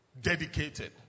dedicated